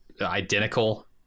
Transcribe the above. identical